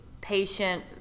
patient